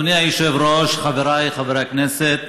אדוני היושב-ראש, חבריי חברי הכנסת,